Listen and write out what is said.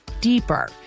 deeper